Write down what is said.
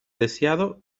deseado